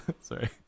Sorry